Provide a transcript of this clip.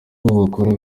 bakora